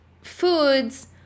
foods